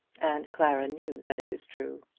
and clara knew that it was true.